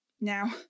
Now